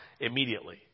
immediately